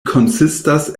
konsistas